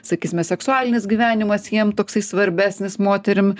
sakysime seksualinis gyvenimas jiem toksai svarbesnis moterim